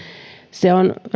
se on